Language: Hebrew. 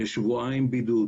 לשבועיים בידוד